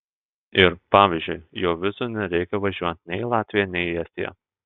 ir pavyzdžiui jau vizų nereikia važiuojant nei į latviją nei į estiją